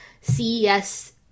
CES